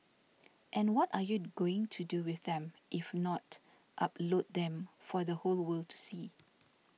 and what are you going to do with them if not upload them for the whole world to see